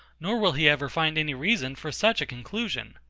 nor will he ever find any reason for such a conclusion.